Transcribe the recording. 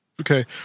Okay